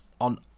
on